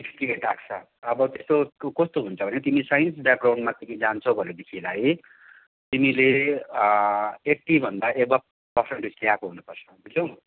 sixty eight आएको छ अब कस्तो हुन्छ भने तिमी साइन्स ब्याकग्राउन्डमा तिमी जान्छौ भनेदेखिलाई तिमीले एट्टीभन्दा एबभ पर्सन्टेज ल्याएको हुनुपर्छ बुझ्यौ